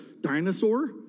dinosaur